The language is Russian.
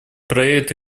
проект